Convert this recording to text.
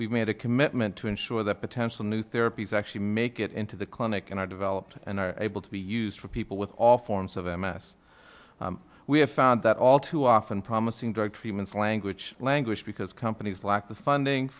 we've made a commitment to ensure that potential new therapies actually make it into the clinic and are developed and are able to be used for people with all forms of m s we have found that all too often promising drug treatments language languished because companies lack the funding